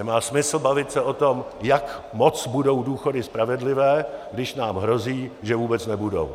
Nemá smysl bavit se o tom, jak moc budou důchody spravedlivé, když nám hrozí, že vůbec nebudou.